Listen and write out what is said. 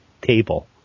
table